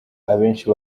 abenshi